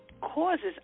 causes